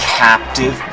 captive